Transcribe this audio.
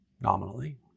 nominally